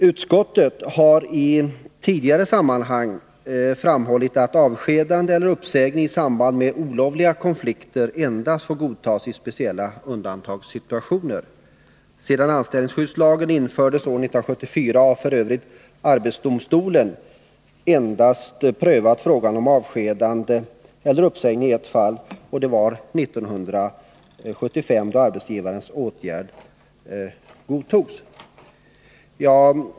Utskottet har i tidigare sammanhang framhållit att avskedande eller uppsägning i samband med olovliga konflikter endast får godtas i speciella undantagssituationer. Sedan anställningsskyddslagen infördes år 1974 har f.ö. arbetsdomstolen hittills endast prövat frågan om avskedande eller uppsägning i ett fall, och det var år 1975, då arbetsgivarens åtgärd godtogs.